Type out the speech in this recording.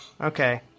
Okay